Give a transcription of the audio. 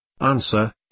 Answer